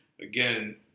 Again